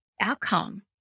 outcome